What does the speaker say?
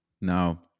Now